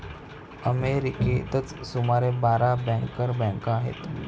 अमेरिकेतच सुमारे बारा बँकर बँका आहेत